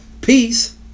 peace